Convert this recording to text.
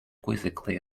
quizzically